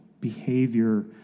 behavior